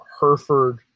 Hereford